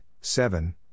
Seven